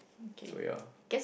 so we are